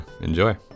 enjoy